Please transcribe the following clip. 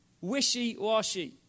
Wishy-washy